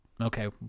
Okay